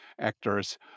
actors